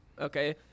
okay